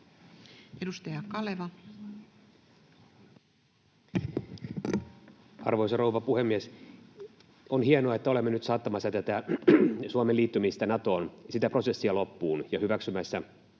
Content: Arvoisa rouva puhemies! On hienoa, että olemme nyt saattamassa tätä Suomen liittymistä Natoon, sitä prosessia, loppuun ja hyväksymässä